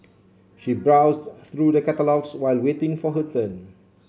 she browsed through the catalogues while waiting for her turn